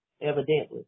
evidently